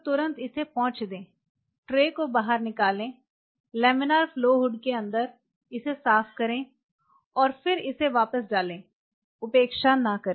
तुरंत इसे पोंछ दें ट्रे को बाहर निकालें लमिनार फ्लो हुड के अंदर इसे साफ करें और फिर इसे वापस डालें उपेक्षा न करें